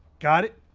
got it?